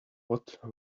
what